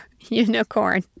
Unicorn